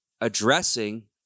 addressing